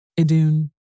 Idun